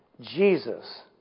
Jesus